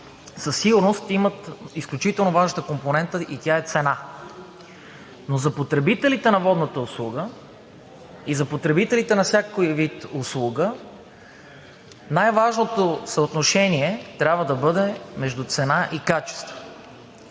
със сигурност имат изключително важната компонента и тя е цената. За потребителите на водната услуга и за потребителите на всякакъв вид услуга най-важното съотношение трябва да бъде между цена и качество.